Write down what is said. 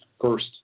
first